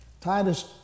Titus